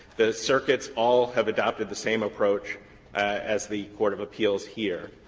the circuits all have adopted the same approach as the court of appeals here,